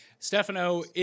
Stefano